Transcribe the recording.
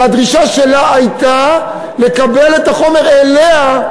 והדרישה שלה הייתה לקבל את החומר אליה,